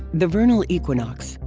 the vernal equinox,